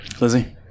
Lizzie